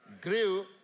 grew